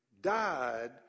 died